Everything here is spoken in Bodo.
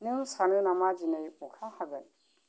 नों सानो नामा दिनै अखा हागोन